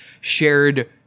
shared